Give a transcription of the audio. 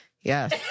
Yes